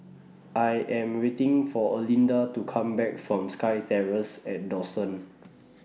I Am waiting For Erlinda to Come Back from SkyTerrace At Dawson